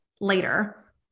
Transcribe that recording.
later